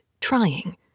Trying